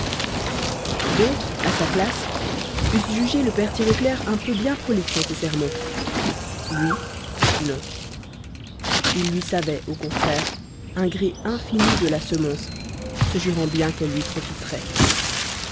d'autres à sa place eussent jugé le père tirauclair un peu bien prolixe en ses sermons lui non il lui savait au contraire un gré infini de la semonce se jurant bien qu'elle lui profiterait